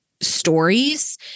stories